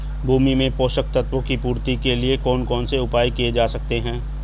भूमि में पोषक तत्वों की पूर्ति के लिए कौन कौन से उपाय किए जा सकते हैं?